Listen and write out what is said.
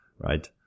Right